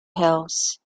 hills